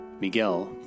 Miguel